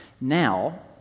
Now